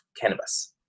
cannabis